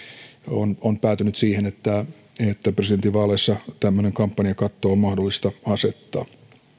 on on päätynyt siihen että että presidentinvaaleissa tämmöinen kampanjakatto on mahdollista asettaa